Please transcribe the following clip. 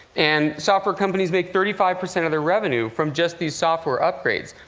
and software companies make thirty five percent of their revenue from just these software upgrades.